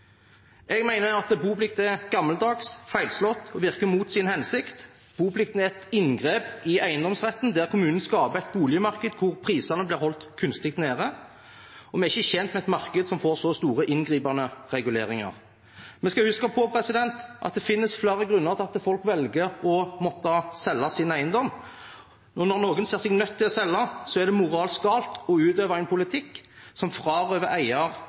Jeg mener at boplikten er gammeldags, feilslått og virker mot sin hensikt. Boplikten er et inngrep i eiendomsretten, der kommunene skaper et boligmarked hvor prisene blir holdt kunstig nede. Vi er ikke tjent med et marked som får så store inngripende reguleringer. Vi skal huske på at det finnes flere grunner til at folk må selge eiendommen sin, men når noen ser seg nødt til å selge, er det moralsk galt å utøve en politikk som frarøver eier